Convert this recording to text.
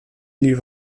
lief